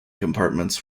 compartments